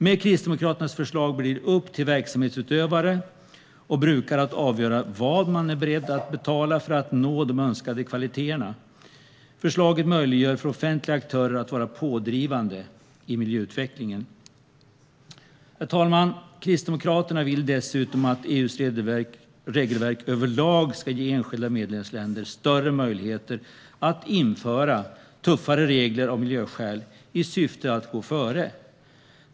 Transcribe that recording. Med Kristdemokraternas förslag blir det upp till verksamhetsutövare och brukare att avgöra vad man är beredd att betala för att nå de önskade kvaliteterna. Förslaget möjliggör för offentliga aktörer att vara pådrivande i miljöutvecklingen. Herr talman! Kristdemokraterna vill dessutom att EU:s regelverk överlag ska ge enskilda medlemsländer större möjligheter att införa tuffare regler av miljöskäl i syfte att gå före.